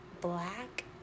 black